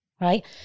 right